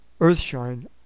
Earthshine